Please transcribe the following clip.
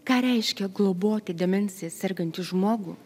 ką reiškia globoti demencija sergantį žmogų